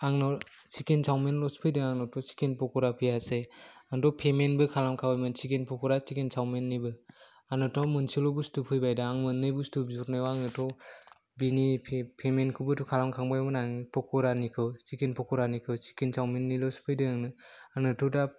आंनाव चिकेन चावमिनल'सो फैदों आंनावथ' चिकेन पकरा फैयासै आंथ' पेमेन्टबो खालामखाबायमोन चिकेन पकरा चिकेन चावमिननिबो आंनावथ' मोनसेल' बुस्तु फैबाय दा आं मोनै बुस्तु बिहरनायाव आङोथ' बिनि पेमेन्टखौबोथ' खालाम खांबायमोन आं पकरानिखौ चिकेन पकरानिखौ चिकेन सावमिनल'सो फैदों आंनोथ' दा